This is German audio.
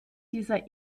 dieser